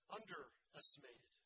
underestimated